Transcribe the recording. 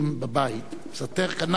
פסנתר כנף אין לכל אחד.